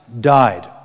died